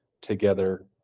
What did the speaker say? together